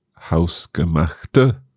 hausgemachte